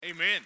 Amen